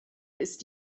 ist